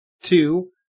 two